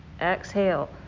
exhale